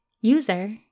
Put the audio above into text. User